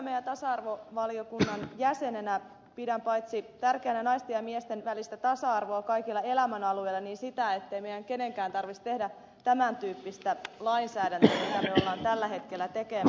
työelämä ja tasa arvovaliokunnan jäsenenä pidän paitsi tärkeänä naisten ja miesten välistä tasa arvoa kaikilla elämänalueilla myös sitä ettei meidän kenenkään tarvitsisi tehdä tämän tyyppistä lainsäädäntöä mitä me olemme tällä hetkellä tekemässä